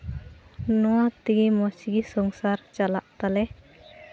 ᱱᱚᱣᱟ ᱛᱮᱜᱮ ᱢᱚᱡᱽ ᱜᱮ ᱥᱚᱝᱥᱟᱨ ᱪᱟᱞᱟᱜ ᱛᱟᱞᱮ